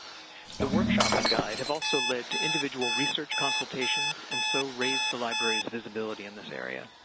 the workshop and guide have also led to individual research consultations and so raised the library's visibility in this area.